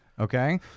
Okay